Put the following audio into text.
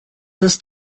this